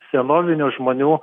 senovinių žmonių